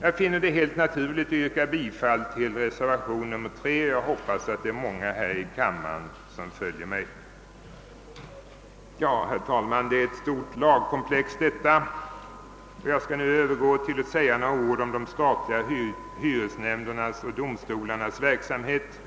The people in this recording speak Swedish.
Jag finner det helt naturligt att yrka bifall till reservation III, och jag hoppas att många här i kammaren skall biträda den. Det är ett stort lagkomplex detta, herr talman. Jag skall nu övergå till att säga några ord om de statliga hyresnämndernas och domstolarnas verksamhet.